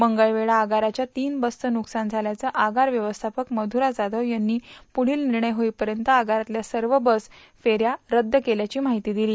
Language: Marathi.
मंगळवेढा आगाराच्या तीन बसचं नुकसान झाल्यानं आगार व्यवस्थापक मधुरा जाधव यांनी पुढील निर्णय होईपर्यंत आगारातल्या सर्व बस फेऱ्या रद्द केल्याची माहिती दिली